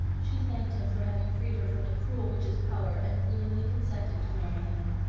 she thanked him for having freed her from the cruel witch's power, and willingly consented to marry him.